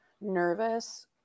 nervous